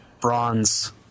bronze